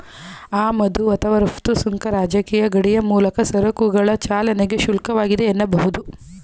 ಆಮದು ಅಥವಾ ರಫ್ತು ಸುಂಕ ರಾಜಕೀಯ ಗಡಿಯ ಮೂಲಕ ಸರಕುಗಳ ಚಲನೆಗೆ ಶುಲ್ಕವಾಗಿದೆ ಎನ್ನಬಹುದು